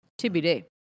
TBD